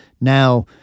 Now